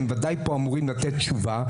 שהם ודאי אמורים לתת פה תשובה,